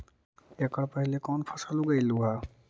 एकड़ पहले कौन फसल उगएलू हा?